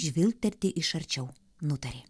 žvilgterti iš arčiau nutarė